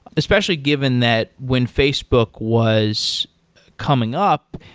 especially given that when facebook was coming up,